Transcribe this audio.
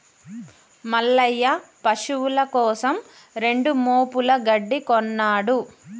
మల్లయ్య పశువుల కోసం రెండు మోపుల గడ్డి కొన్నడు